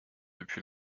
depuis